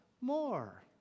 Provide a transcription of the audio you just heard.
more